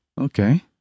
okay